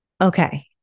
Okay